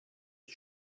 ich